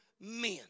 men